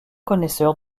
connaisseur